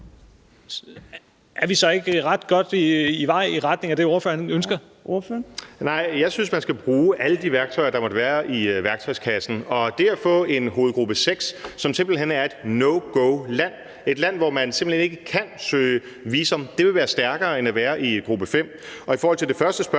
Torp): Ordføreren. Kl. 13:00 Morten Messerschmidt (DF): Nej, jeg synes, man skal bruge alle de værktøjer, der måtte være i værktøjskassen, og det at få en hovedgruppe 6, som simpelt hen indebærer, at det er et no go-land – et land, hvor man simpelt hen ikke kan søge visum – vil være stærkere, end at et land er i gruppe 5. I forhold til det første spørgsmål